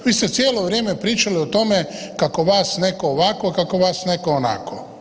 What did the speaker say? Vi ste cijelo vrijeme pričali o tome kako vas netko ovako, kako vas netko onako.